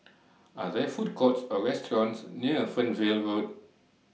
Are There Food Courts Or restaurants near Fernvale Road